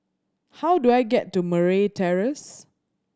how do I get to Murray Terrace